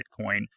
Bitcoin